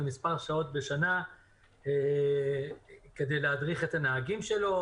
למספר שעות בשנה כדי להדריך את הנהגים שלו.